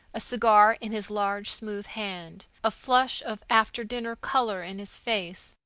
a cigar in his large, smooth hand, a flush of after-dinner color in his face,